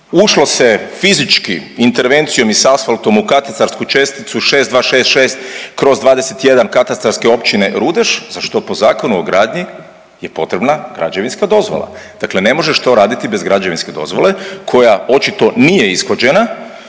ušlo se fizički intervencijom i s asfaltom u k.č. 6266/21 k.o. Rudeš, za što po Zakonu o gradnji je potrebna građevinska dozvola, dakle ne možeš to raditi bez građevinske dozvole koja očito nije ishođena,